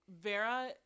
Vera